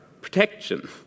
protection